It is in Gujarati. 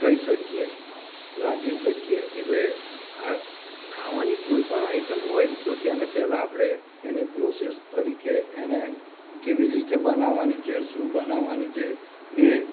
ખાઈ શકીએ રાંધી શકીએ એટલે આ ખાવાની કોઈપણ આઈટમ હોય તો તેને પહેલાં આપણે એને પ્રોસેસ તરીકે એને કેવી રીતે બનાવવાની છે શું બનાવવાની છે એ